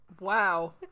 Wow